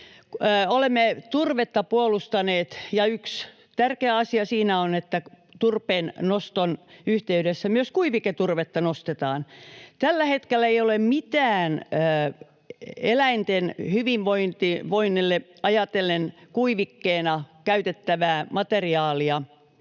Olemme turvetta puolustaneet, ja yksi tärkeä asia siinä on, että turpeennoston yhteydessä myös kuiviketurvetta nostetaan. Tällä hetkellä ei ole eläinten hyvinvointia ajatellen mitään muuta kuivikkeena käytettävää materiaalia